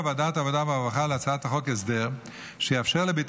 ועדת העבודה והרווחה להצעת החוק הסדר שיאפשר לבית